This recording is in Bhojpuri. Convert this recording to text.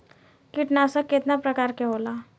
कीटनाशक केतना प्रकार के होला?